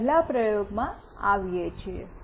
આપણે પહેલા પ્રયોગમાં આવીએ છીએ